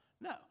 No